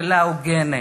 כלכלה הוגנת,